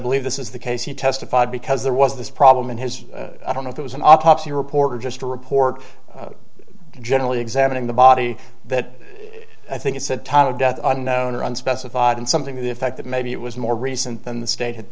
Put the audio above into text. believe this is the case he testified because there was this problem in his i don't know if it was an autopsy report or just a report generally examining the body that i think it said total death unknown or unspecified and something to the effect that maybe it was more recent than the state h